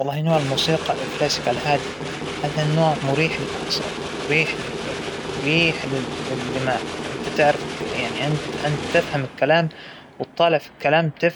والله بس أوصل إنى أتفرغ لمدة ساعة واحدة، والله بساوى أشياء كثيرة، بالثلاث ساعات هاى بهد العالم وببنيه من أول وجديد، إنه بس- بمارس هواياتى، بظبط البيت،